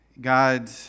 God